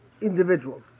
individuals